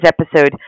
episode